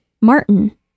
martin